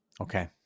okay